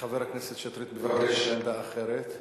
חבר הכנסת שטרית מבקש עמדה אחרת,